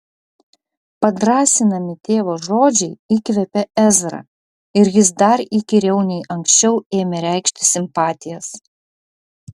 padrąsinami tėvo žodžiai įkvėpė ezrą ir jis dar įkyriau nei anksčiau ėmė reikšti simpatijas